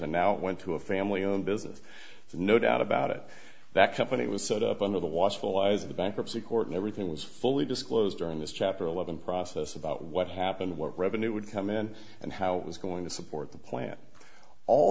and now went to a family owned business there's no doubt about it that company was set up under the watchful eyes of the bankruptcy court and everything was fully disclosed during this chapter eleven process about what happened what revenue would come in and how it was going to support the plan all